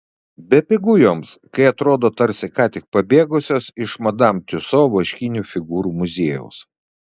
bepigu joms kai atrodo tarsi ką tik pabėgusios iš madam tiuso vaškinių figūrų muziejaus